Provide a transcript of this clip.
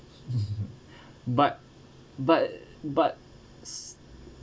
but but but s~